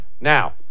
Now